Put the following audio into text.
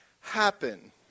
happen